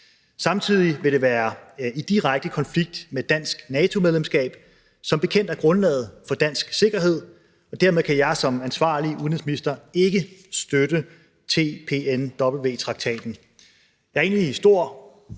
Samtidig vil det være i direkte konflikt med dansk NATO-medlemskab, der som bekendt er grundlaget for dansk sikkerhed. Og dermed kan jeg som ansvarlig udenrigsminister ikke støtte TPNW-traktaten.